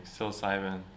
psilocybin